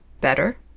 Better